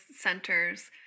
centers